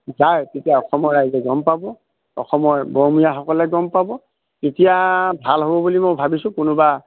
যায় তেতিয়া অসমৰ ৰাইজে গম পাব অসমৰ সকলে গম পাব তেতিয়া ভাল হ'ব বুলি মই ভাবিছোঁ কোনোবা